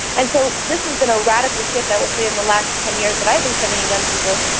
and so this has been a radical shift i would say in the last ten years that i've been studying young people,